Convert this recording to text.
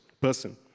person